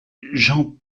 jean